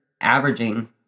averaging